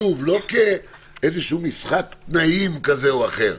שוב, לא כאיזשהו משחק תנאים כזה או אחר,